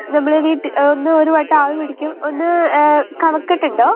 നമ്മുടെ വീട്ടിൽ നിന്ന് ഒരു വട്ടം ആവി പിടിക്കൂ കഫക്കെട്ടുണ്ടോ